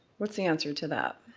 what's the answer to that?